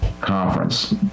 conference